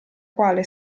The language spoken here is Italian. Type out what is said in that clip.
quale